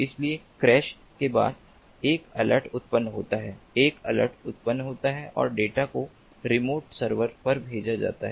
इसलिए क्रैश के बाद एक अलर्ट उत्पन्न होता है एक अलर्ट उत्पन्न होता है और डेटा को रिमोट सर्वर पर भेजा जाता है